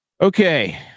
Okay